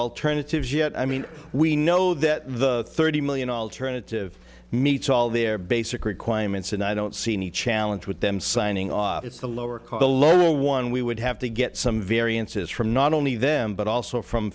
alternatives yet i mean we know that the thirty million alternative meets all their basic requirements and i don't see any challenge with them signing off it's a lower cost a little one we would have to get some variances from not only them but also from